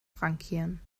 frankieren